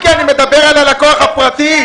מיקי, אני מדבר על הלקוח הפרטי.